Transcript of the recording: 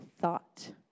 thought